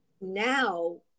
now